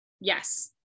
yes